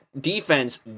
defense